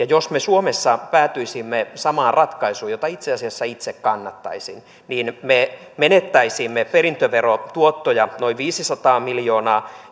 jos me suomessa päätyisimme samaan ratkaisuun jota itse asiassa itse kannattaisin niin me menettäisimme perintöverotuottoja noin viisisataa miljoonaa